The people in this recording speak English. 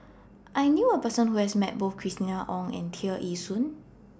I knew A Person Who has Met Both Christina Ong and Tear Ee Soon